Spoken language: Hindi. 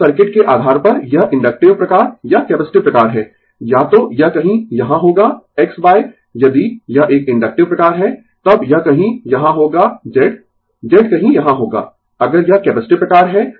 अब सर्किट के आधार पर यह इन्डक्टिव प्रकार या कैपेसिटिव प्रकार है या तो यह कहीं यहाँ होगा X यदि यह एक इन्डक्टिव प्रकार है तब यह कहीं यहां होगा Z Z कहीं यहां होगा अगर यह कैपेसिटिव प्रकार है